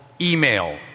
email